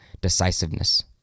decisiveness